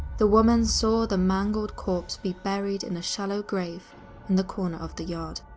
the woman saw the mangled corpse be buried in a shallow grave in the corner of the yard.